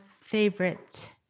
favorite